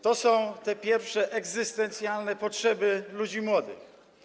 To są te pierwsze egzystencjalne potrzeby ludzi młodych.